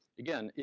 again, yeah